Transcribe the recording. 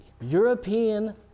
European